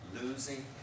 losing